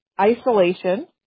isolation